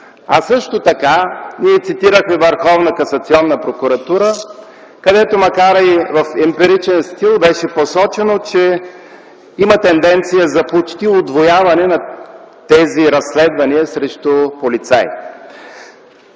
също така Върховна касационна прокуратура, където макар и в емпиричен стил беше посочено, че има тенденция за почти удвояване на тези разследвания срещу полицаи.